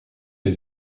les